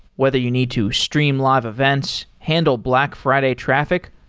whether you need to stream live events, handle black friday traffic,